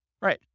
Right